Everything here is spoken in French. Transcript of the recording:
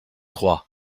croix